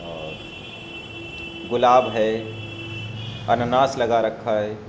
اور گلاب ہے انناس لگا رکھا ہے